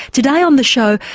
today on the show,